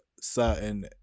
certain